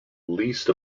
least